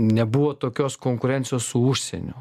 nebuvo tokios konkurencijos su užsieniu